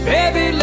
Baby